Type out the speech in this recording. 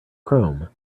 chrome